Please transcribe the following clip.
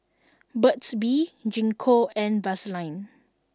Burt's bee Gingko and Vaselin